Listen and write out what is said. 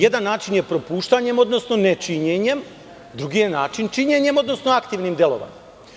Jedan način je propuštanjem, odnosno ne činjenjem, a drugi način je činjenjem odnosno aktivnim delovanjem.